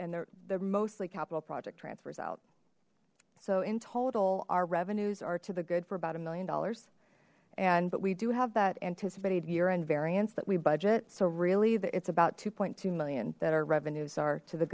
and they're they're mostly capital project transfers out so in total our revenues are to the good for about a million dollars and but we do have that anticipated year end variance that we budget so really the it's about two point two million that our revenues are to the